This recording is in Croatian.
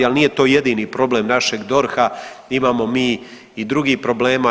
Ali nije to jedini problem našeg DORH-a, imamo mi i drugih problema.